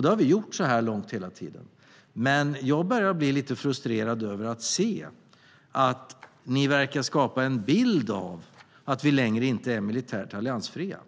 Det har vi gjort hela tiden så här långt, men jag börjar bli lite frustrerad över att se att ni verkar skapa en bild av att vi inte längre är militärt alliansfria.